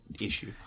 issue